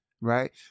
right